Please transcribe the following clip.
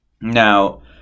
now